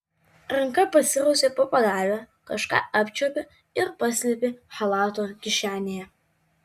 ranka pasirausė po pagalve kažką apčiuopė ir paslėpė chalato kišenėje